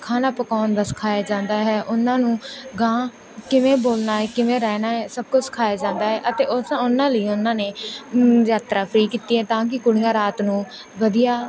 ਖਾਣਾ ਪਕਾਉਣ ਦਾ ਸਿਖਾਇਆ ਜਾਂਦਾ ਹੈ ਉਹਨਾਂ ਨੂੰ ਅਗਾਂਹ ਕਿਵੇਂ ਬੋਲਣਾ ਹੈ ਕਿਵੇਂ ਰਹਿਣਾ ਹੈ ਸਭ ਕੁਝ ਸਿਖਾਇਆ ਜਾਂਦਾ ਹੈ ਅਤੇ ਉਸ ਉਹਨਾਂ ਲਈ ਉਹਨਾਂ ਨੇ ਯਾਤਰਾ ਫਰੀ ਕੀਤੀ ਹੈ ਤਾਂ ਕਿ ਕੁੜੀਆਂ ਰਾਤ ਨੂੰ ਵਧੀਆ